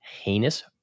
heinous